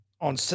on